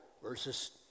versus